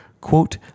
quote